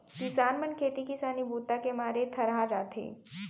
किसान मन खेती किसानी बूता के मारे थरहा जाथे